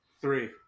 three